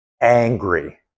angry